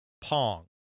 Pong